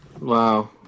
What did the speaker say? Wow